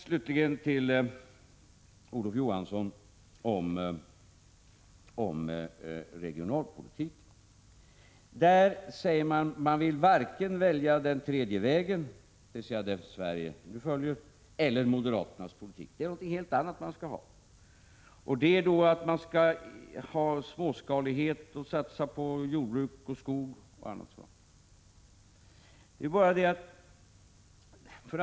Slutligen beträffande regionalpolitiken till Olof Johansson: Han säger att centern vill välja varken den tredje vägen, som Sverige nu följer, eller moderaternas politik. Det är någonting helt annat som man skall ha. Man skall ha småskalighet och satsa på jordbruk och skog och annat sådant.